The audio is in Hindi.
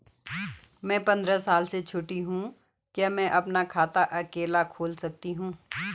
मैं पंद्रह साल से छोटी हूँ क्या मैं अपना खाता अकेला खोल सकती हूँ?